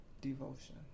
Devotion